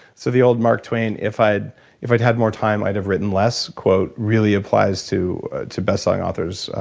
so the old mark twain, if i'd if i'd had more time i'd have written less quote really applies to to best-selling authors,